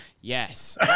Yes